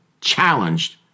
challenged